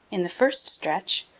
in the first stretch,